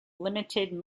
limited